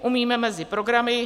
Umíme mezi programy.